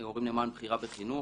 הורים למען בחירה בחינוך",